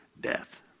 death